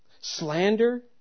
Slander